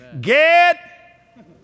Get